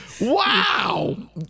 Wow